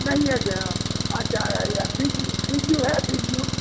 नहि लैके हइ अच्छा होइए बिज्जू बिज्जू हइ बिज्जू